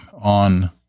on